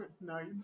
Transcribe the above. Nice